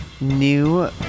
new